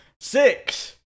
Six